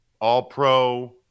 All-Pro